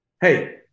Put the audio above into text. hey